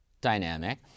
dynamic